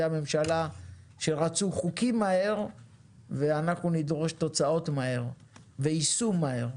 הממשלה שרצו חוקים מהר ואנחנו נדרוש תוצאות מהר ויישום מהר.